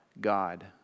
God